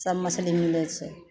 सब मछली मिलै छै